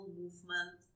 movement